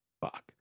Fuck